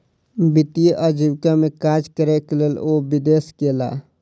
वित्तीय आजीविका में काज करैक लेल ओ विदेश गेला